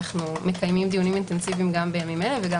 אנו מקיימים דיונים אינטנסיביים גם בימים אלה וגם